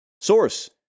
Source